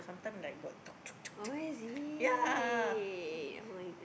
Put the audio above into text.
sometime got like yeah